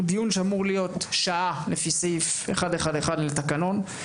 הוא דיון שאמור להיות שעה לפי סעיף 111 לתקנון.